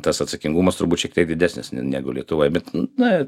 tas atsakingumas turbūt šiek tiek didesnis negu lietuvoj bet na